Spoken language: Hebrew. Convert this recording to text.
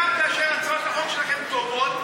גם כאשר הצעות החוק שלכם טובות,